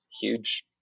huge